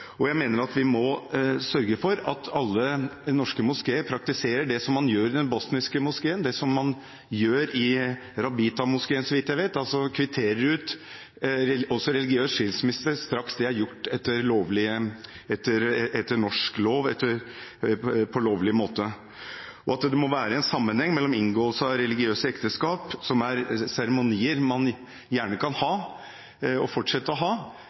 Jeg mener at vi må sørge for at alle norske moskeer praktiserer det som man gjør i den bosniske moskeen, det som man gjør i Rabita-moskeen, så vidt jeg vet, altså å kvittere ut religiøs skilsmisse straks det er gjort etter norsk lov, på lovlig måte, og at det må være en sammenheng mellom inngåelse av religiøse ekteskap – som er seremonier man gjerne kan ha og fortsette å ha